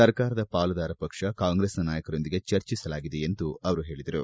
ಸರ್ಕಾರದ ಪಾಲುದಾರ ಪಕ್ಷ ಕಾಂಗ್ರೆಸ್ನ ನಾಯಕರೊಂದಿಗೆ ಚರ್ಚಿಸಲಾಗಿದೆ ಎಂದು ಹೇಳದರು